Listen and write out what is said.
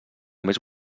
més